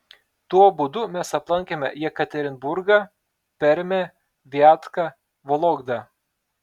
tuo būdu mes aplankėme jekaterinburgą permę viatką vologdą